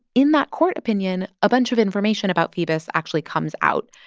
in that court opinion, a bunch of information about phoebus actually comes out.